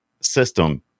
system